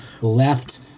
left